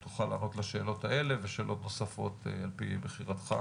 אם תוכל לענות על השאלות האלה ושאלות נוספות על פי בחירתך.